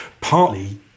partly